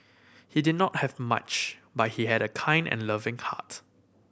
he did not have much but he had a kind and loving heart